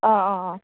अह अह